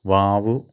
വാവു